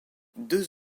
deux